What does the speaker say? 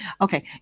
okay